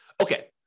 Okay